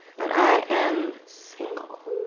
but i am single